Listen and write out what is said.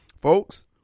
folks